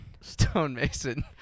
Stonemason